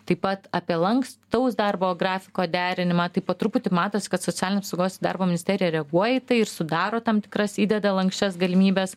taip pat apie lankstaus darbo grafiko derinimą tai po truputį matosi kad socialinė apsaugos darbo ministerija reaguoja į tai ir sudaro tam tikras įdeda lanksčias galimybes